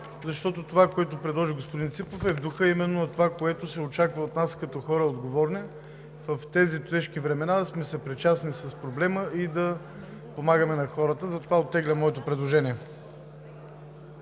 защото това, което предложи господин Ципов, е в духа именно на това, което се очаква от нас като хора отговорни – в тези тежки времена да сме съпричастни с проблема и да помагаме на хората. Затова оттеглям моето предложение.